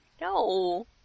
No